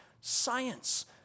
Science